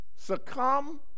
Succumb